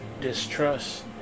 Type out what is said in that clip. distrust